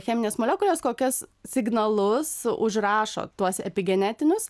cheminės molekulės kokias signalus užrašo tuos epigenetinius